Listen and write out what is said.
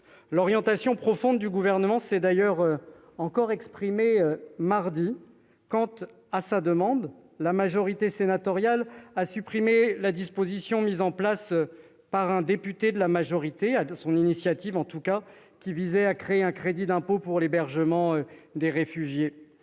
L'orientation profonde du Gouvernement s'est encore exprimée mardi quand, à sa demande, la majorité sénatoriale a supprimé la disposition, présentée par un député de la majorité présidentielle, qui visait à créer un crédit d'impôt pour l'hébergement des réfugiés.